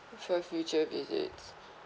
for future visits